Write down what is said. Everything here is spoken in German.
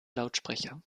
lautsprecher